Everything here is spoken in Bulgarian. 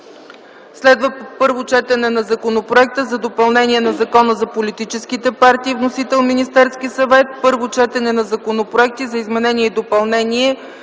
11. Първо четене на Законопроекта за допълнение на Закона за политическите партии. Вносител - Министерският съвет. 12. Първо четене на законопроекти за изменение и допълнение